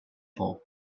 for